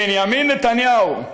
בנימין נתניהו,